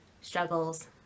struggles